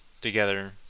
together